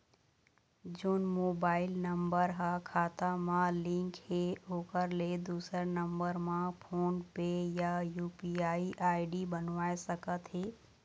जोन mobile number हा खाता मा लिन्क हे ओकर ले दुसर नंबर मा फोन पे या यू.पी.आई आई.डी बनवाए सका थे?